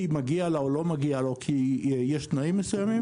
כי מגיע לה או לא מגיע לה או כי יש תנאים מסוימים,